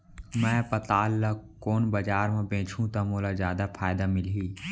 मैं पताल ल कोन बजार म बेचहुँ त मोला जादा फायदा मिलही?